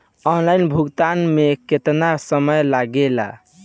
Online भुगतान में केतना समय लागेला?